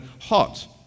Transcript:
hot